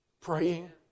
praying